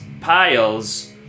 Piles